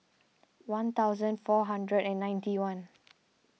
one thousand four hundred and ninety one